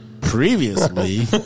previously